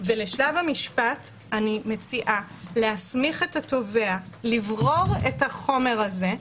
ולשלב המשפט אני מציעה להסמיך את התובע לברור את החומר הזה,